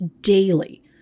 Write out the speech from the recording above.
daily